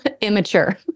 immature